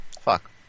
Fuck